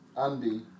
Andy